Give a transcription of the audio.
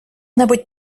небудь